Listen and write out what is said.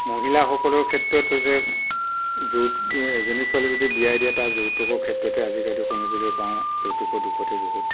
মহিলাসকলৰ ক্ষেত্ৰত হৈছে য'ত এজনী ছোৱালী যদি বিয়া দিয়া তাৰ যৌতুকৰ ক্ষেত্ৰতে আজিকালি শুনিবলৈ পাওঁ যৌতুকৰ দোষতে বহুত